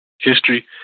history